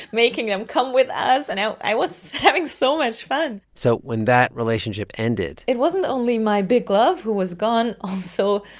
making them come with us. and i was having so much fun so when that relationship ended. it wasn't only my big love who was gone. also,